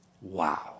Wow